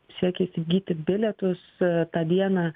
siekė įsigyti bilietus tą dieną